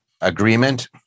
agreement